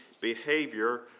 behavior